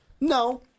No